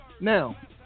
Now